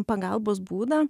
pagalbos būdą